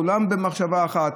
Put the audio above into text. כולם במחשבה אחת.